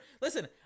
Listen